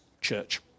church